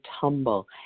tumble